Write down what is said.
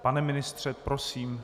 Pane ministře, prosím...